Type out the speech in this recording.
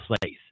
place